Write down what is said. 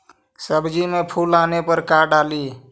सब्जी मे फूल आने पर का डाली?